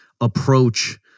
approach